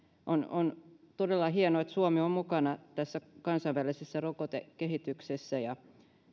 on todella hienoa että suomi on mukana tässä kansainvälisessä rokotekehityksessä ja